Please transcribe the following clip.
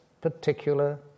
particular